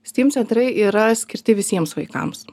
steam centrai yra skirti visiems vaikams